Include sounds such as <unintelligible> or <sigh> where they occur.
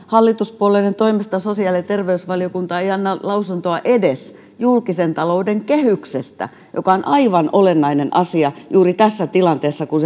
hallituspuolueiden toimesta sosiaali ja terveysvaliokunta ei anna lausuntoa edes julkisen talouden kehyksestä joka on aivan olennainen asia juuri tässä tilanteessa kun <unintelligible>